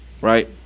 Right